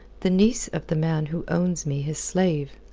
the niece of the man who owns me his slave.